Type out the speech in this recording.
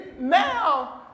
now